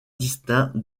distinct